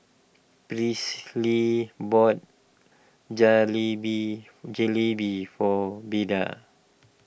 Presley bought Jalebi Jalebi for Beda